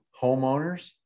homeowners